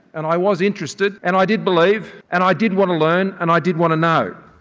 and i was interested and i did believe and i did want to learn and i did want to know.